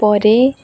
ପରେ